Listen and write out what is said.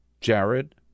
Jared